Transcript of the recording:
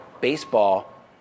Baseball